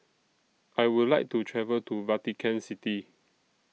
I Would like to travel to Vatican City